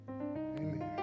Amen